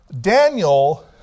Daniel